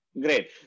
great